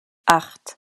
acht